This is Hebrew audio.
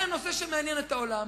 זה הנושא שמעניין את העולם.